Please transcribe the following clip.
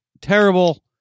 terrible